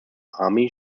army